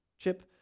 Chip